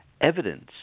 evidence